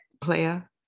player